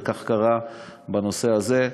וכך קרה בנושא הזה.